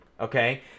okay